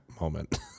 moment